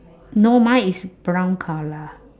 no mine is brown colour